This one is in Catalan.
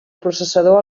processador